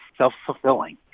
self-fulfilling.